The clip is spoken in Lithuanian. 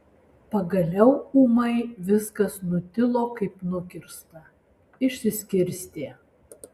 pagaliau ūmai viskas nutilo kaip nukirsta išsiskirstė